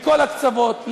מכל הקצוות,